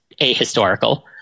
ahistorical